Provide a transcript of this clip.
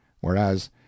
whereas